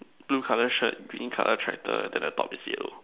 blur colour shirt green colour triter then the top is yellow